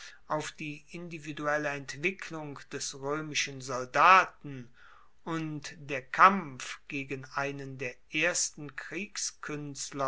auf die individuelle entwicklung des roemischen soldaten und der kampf gegen einen der ersten